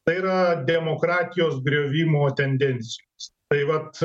tai yra demokratijos griovimo tendencijos tai vat